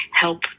help